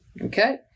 Okay